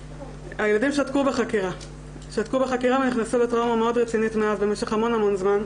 הילדים שתקו בחקירה ונכנסו לטראומה מאוד רצינית מאז במשך הרבה מאוד זמן,